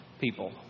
people